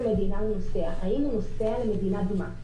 מדינה הוא נוסע והאם הוא נוסע למדינה אדומה.